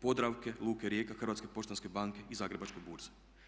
Podravke, luke Rijeka, Hrvatske poštanske banke i Zagrebačke burze.